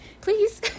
Please